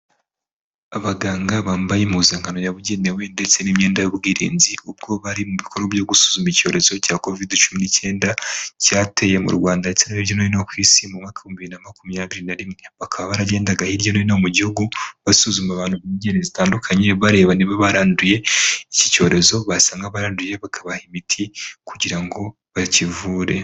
Abaganga bambaye impuzankano yabugenewe ndetse n'imyenda y'ubwirinzi ubwo bari mu bikorwa byo gusuzuma icyorezo cya covid cumi n'icyenda cyateye mu Rwanda ndetse hirya no hino ku isi mu mwaka w'ibihumbi bibiri na makumyabiri na rimwe, bakaba baragendaga hirya no hino gihugu basuzuma abantu b'ingeri zitandukanye bareba niba baranduye iki cyorezo, basanga baranduye bakabaha imiti kugira ngo bakivure.